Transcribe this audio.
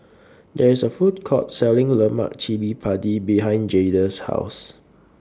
There IS A Food Court Selling Lemak Cili Padi behind Jayda's House